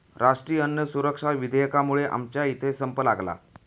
राष्ट्रीय अन्न सुरक्षा विधेयकामुळे आमच्या इथे संप लागला